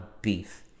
beef